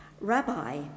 Rabbi